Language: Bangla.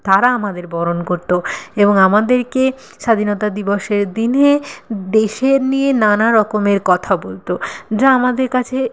তারা আমাদের বরণ করত এবং আমাদেরকে স্বাধীনতা দিবসের দিনে দেশের নিয়ে নানা রকমের কথা বলত যা আমাদের কাছে